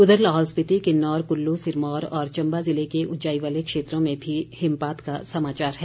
उधर लाहौल स्पीति किन्नौर कुल्लू सिरमौर और चम्बा ज़िले के ऊंचाई वाले क्षेत्रों में भी हिमपात का समाचार है